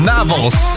Novels